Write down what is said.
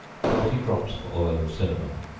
forty drops of oil of cinnamon,